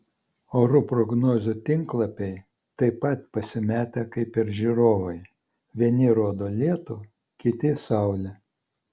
orų prognozių tinklapiai taip pat pasimetę kaip ir žiūrovai vieni rodo lietų kiti saulę